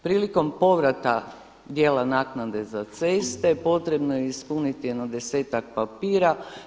Prilikom povrata dijela naknade za ceste potrebno je ispuniti jedno desetak papira.